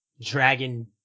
dragon